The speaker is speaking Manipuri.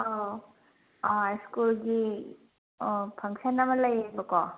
ꯑꯧ ꯑꯥ ꯁ꯭ꯀꯨꯜꯒꯤ ꯑꯥ ꯐꯪꯁꯟ ꯑꯃ ꯂꯩꯌꯦꯕꯀꯣ